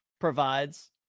provides